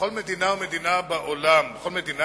בכל מדינה ומדינה בעולם, בכל מדינה